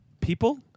people